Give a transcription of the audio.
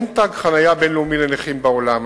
אין תג חנייה בין-לאומי לנכים בעולם.